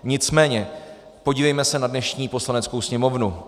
Nicméně podívejme se na dnešní Poslaneckou sněmovnu.